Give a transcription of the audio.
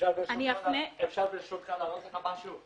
אפשר להראות לך משהו?